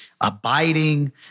abiding